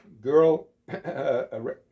Girl